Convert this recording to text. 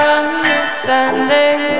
understanding